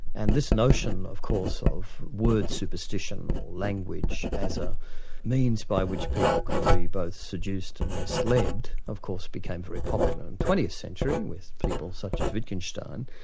and this notion, of course, of word superstition or language as a means by which people can be both seduced and misled, of course became very popular in the twentieth century, with people such as wittgenstein.